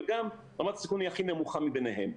וגם רמת הסיכון היא הכי נמוכה מבניהם.